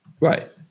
Right